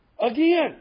Again